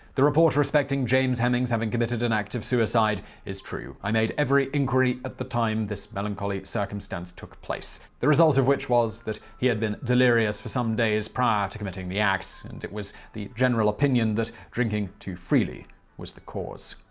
the report respecting james hemings having committed an act of suicide is true. i made every inquiry at the time this melancholy circumstance took place. the result of which was, that he had been delirious for some days prior to committing the act, and it was the general opinion that drinking too freely was the cause.